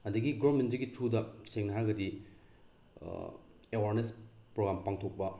ꯑꯗꯒꯤ ꯒꯣꯔꯃꯦꯟꯁꯤꯒꯤ ꯊ꯭ꯔꯨꯗ ꯁꯦꯡꯅ ꯍꯥꯏꯔꯒꯗꯤ ꯑꯦꯋꯥꯔꯅꯦꯁ ꯄ꯭ꯔꯣꯒ꯭ꯔꯥꯝ ꯄꯥꯡꯊꯣꯛꯄ